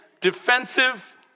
Defensive